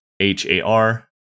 H-A-R